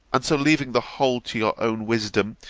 and so leaving the whole to your own wisdom,